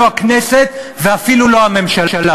לא הכנסת ואפילו לא הממשלה.